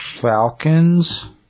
Falcons